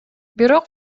бирок